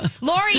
Lori